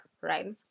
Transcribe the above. right